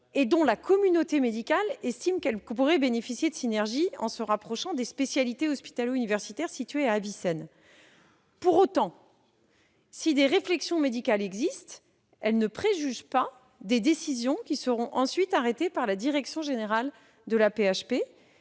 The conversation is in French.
et dont la communauté médicale estime qu'elles pourraient bénéficier de synergies en se rapprochant des spécialités hospitalo-universitaires situées à Avicenne. Pour autant, si des réflexions médicales existent, elles ne préjugent pas des décisions qui seront ensuite arrêtées par la direction générale de l'AP-HP,